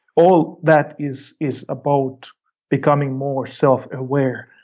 all that is is about becoming more self-aware,